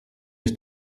ist